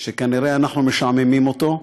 שכנראה אנחנו משעממים אותו,